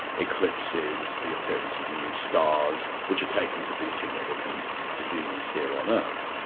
eclipses, the appearance of new stars, which are taken to be significant to humans here on earth.